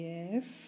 Yes